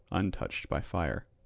untouched by fire.